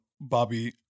Bobby